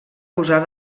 posar